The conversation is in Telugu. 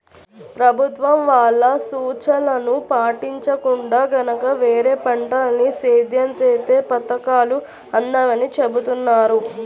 ప్రభుత్వం వాళ్ళ సూచనలను పాటించకుండా గనక వేరే పంటల్ని సేద్యం చేత్తే పథకాలు అందవని చెబుతున్నారు